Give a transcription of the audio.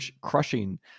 crushing